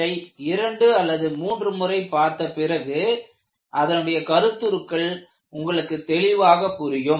இதை 2 அல்லது 3 முறை பார்த்த பிறகு அதனுடைய கருத்துருக்கள் உங்களுக்கு தெளிவாக புரியும்